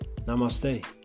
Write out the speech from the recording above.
Namaste